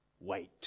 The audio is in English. wait